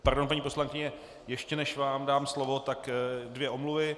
Pardon, paní poslankyně, ještě než vám dám slovo, tak dvě omluvy.